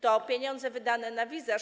To pieniądze wydane na wizaż.